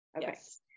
Yes